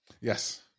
Yes